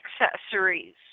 accessories